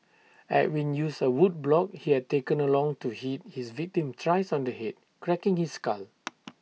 Edwin used A wood block he had taken along to hit his victim thrice on the Head cracking his skull